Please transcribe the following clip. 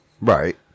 Right